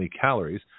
calories